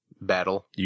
battle